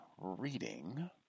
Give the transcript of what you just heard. reading